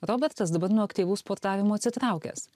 robertas dabar nuo aktyvaus sportavimo atsitraukęs